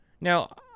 now